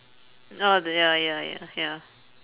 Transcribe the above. oh the ya ya ya ya